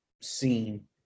scene